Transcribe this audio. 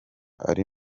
ari